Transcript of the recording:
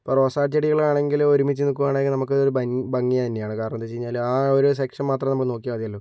ഇപ്പോൾ റോസാ ചെടികളാണെങ്കിൽ ഒരുമിച്ച് നിൽക്കുകയാണെങ്കിൽ നമുക്കതൊരു ഭംഗി തന്നെയാണ് കാരണം എന്താന്ന് വെച്ച് കഴിഞ്ഞാൽ ആ ഒരു സെക്ഷൻ മാത്രം നമ്മൾ നോക്കിയാൽ മതിയല്ലോ